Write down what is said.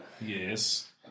Yes